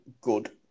good